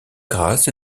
grâce